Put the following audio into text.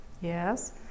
Yes